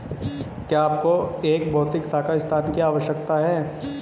क्या आपको एक भौतिक शाखा स्थान की आवश्यकता है?